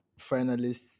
finalists